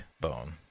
bone